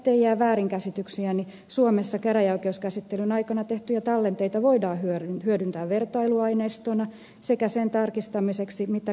ettei jää väärinkäsityksiä niin suomessa käräjäoikeuskäsittelyn aikana tehtyjä tallenteita voidaan hyödyntää vertailuaineistona sekä sen tarkistamiseksi mitä käräjäoikeudessa on tapahtunut